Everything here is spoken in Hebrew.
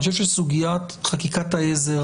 אני חושב שסוגיית חקיקת העזר,